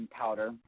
powder